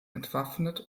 entwaffnet